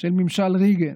של ממשל רייגן,